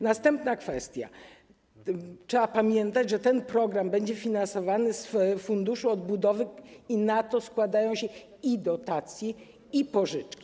Następna kwestia: trzeba pamiętać, że ten program będzie finansowany z Funduszu Odbudowy, i na to składają się dotacje i pożyczki.